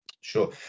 Sure